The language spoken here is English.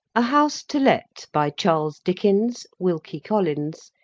a house to let by charles dickens, wilkie collins,